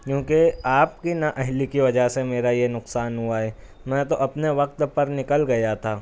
کیونکہ آپ کی نا اہلی کی وجہ سے میرا یہ نقصان ہوا ہے میں تو اپنے وقت پر نکل گیا تھا